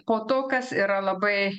po to kas yra labai